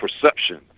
perception